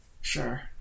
Sure